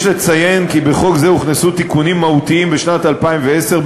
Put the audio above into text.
יש לציין כי בחוק זה הוכנסו תיקונים מהותיים בשנת 2010,